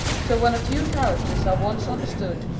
so when a few characters are once understood,